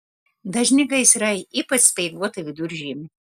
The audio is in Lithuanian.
dažni gaisrai ypač speiguotą viduržiemį